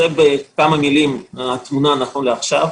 זו התמונה נכון לעכשיו.